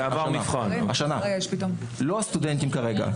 זה לא הסטודנטים כרגע.